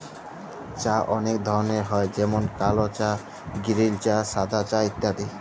চাঁ অলেক ধরলের হ্যয় যেমল কাল চাঁ গিরিল চাঁ সাদা চাঁ ইত্যাদি